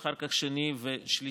אחר כך שני ושלישי.